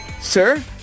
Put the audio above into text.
Sir